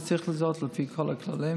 זה צריך להיות על פי כל הכללים,